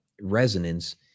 resonance